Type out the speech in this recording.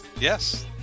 Yes